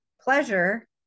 pleasure